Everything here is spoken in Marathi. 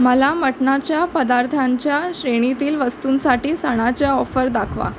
मला मटणाच्या पदार्थांच्या श्रेणीतील वस्तूंसाठी सणाच्या ऑफर दाखवा